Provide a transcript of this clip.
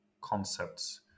concepts